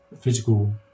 physical